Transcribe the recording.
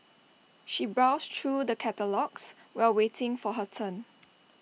she browsed through the catalogues while waiting for her turn